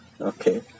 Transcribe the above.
Okay